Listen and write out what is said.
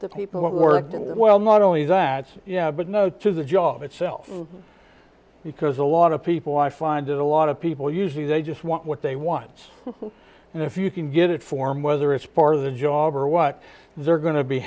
the people that were well not only that but no to the job itself because a lot of people i find a lot of people usually they just want what they once and if you can get it form whether it's part of the job or what they're going to be